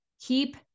keep